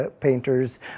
painters